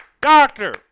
Doctor